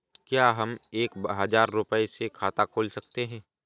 क्या हम एक हजार रुपये से खाता खोल सकते हैं?